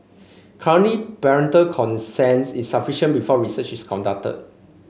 currently parental consent is sufficient before research is conducted